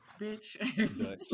Bitch